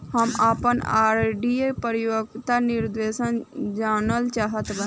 हम आपन आर.डी के परिपक्वता निर्देश जानल चाहत बानी